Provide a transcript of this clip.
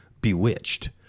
bewitched